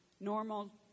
normal